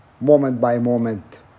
moment-by-moment